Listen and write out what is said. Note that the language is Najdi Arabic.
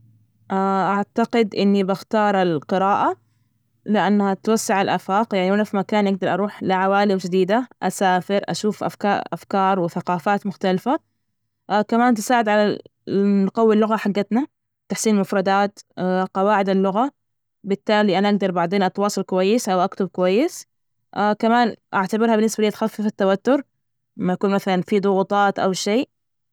أعتقد إني بختار القراءة لأنها توسع الآفاق يعني وأنا في مكانى أجدر أروح لعوالم جديدة، أسافر أشوف أفكا- أفكار وثقافات مختلفة كمان تساعد على ال نقوي اللغة حجتنا، تحسين المفردات، قواعد اللغة، بالتالي أنا أجدر بعدين أتواصل كويس أو أكتب كويس، كمان أعتبرها بالنسبة لي تخفف التوتر لما يكون مثلا في ضغوطات أو شي.